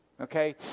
Okay